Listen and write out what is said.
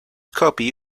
copy